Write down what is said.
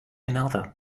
another